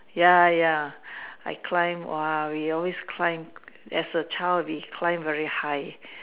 ya ya I climb !wah! we always climb as a child we climb very high